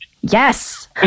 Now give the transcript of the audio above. Yes